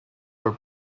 are